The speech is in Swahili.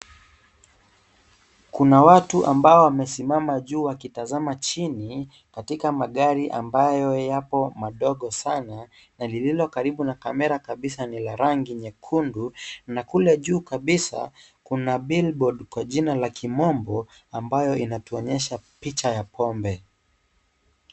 Kuna watu ambao wamesimama juu wakitazama chini katika magari ambayo yapo madogo sana na lililo karibu na camera kabisa ni la rangi nyekundu, na kule juu kabisa kuna billboard kwa jina la kimombo ambayo inatuonyesha picha ya pombe.